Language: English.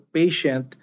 patient